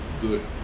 good